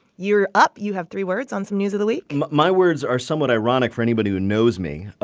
you're up. you have three words on some news of the week my words are somewhat ironic for anybody who knows me,